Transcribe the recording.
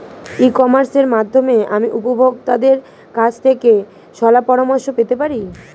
ই কমার্সের মাধ্যমে আমি উপভোগতাদের কাছ থেকে শলাপরামর্শ পেতে পারি?